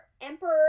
Emperor